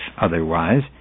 Otherwise